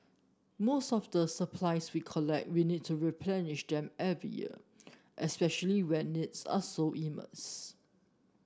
most of the supplies we collect we need to replenish them every year especially when needs are so immense